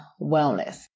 wellness